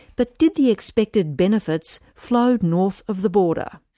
but did the expected benefits flow north of the border?